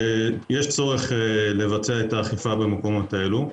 שיש צורך לבצע את האכיפה במקומות האלה.